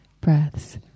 breaths